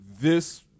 This-